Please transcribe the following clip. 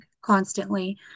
constantly